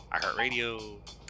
iHeartRadio